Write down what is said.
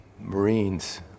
Marines